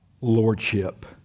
Lordship